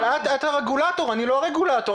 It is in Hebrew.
אבל את הרגולטור, אני לא הרגולטור.